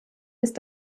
ist